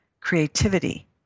creativity